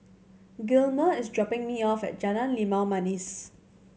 Gilmer is dropping me off at Jalan Limau Manis